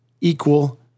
Equal